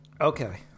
Okay